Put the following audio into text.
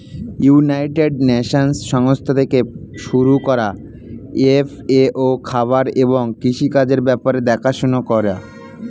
United Nations সংস্থা থেকে শুরু করা এফ.এ.ও খাবার এবং কৃষি কাজের ব্যাপার দেখাশোনা করে